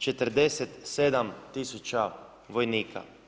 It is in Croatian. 47 000 vojnika.